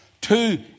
Two